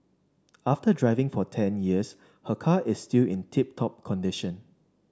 after driving for ten years her car is still in tip top condition